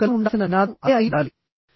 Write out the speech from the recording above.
మీరు కలిగి ఉండాల్సిన నినాదం అదే అయి ఉండాలి